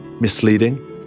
misleading